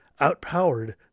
outpowered